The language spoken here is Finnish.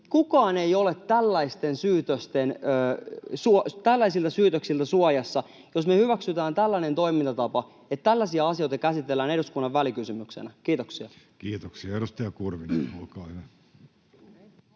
kukaan ei ole tällaisilta syytöksiltä suojassa, jos me hyväksytään tällainen toimintatapa, että tällaisia asioita käsitellään eduskunnan välikysymyksenä. — Kiitoksia. [Jenna Simula: